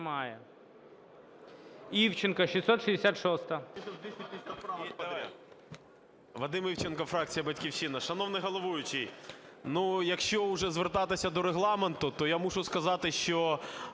Вадим Івченко, фракція "Батьківщина". Шановний головуючий, ну, якщо уже звертатися до Регламенту, то я мушу сказати, що